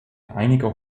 einiger